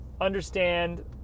understand